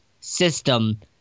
system